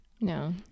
No